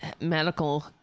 medical